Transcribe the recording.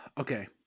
Okay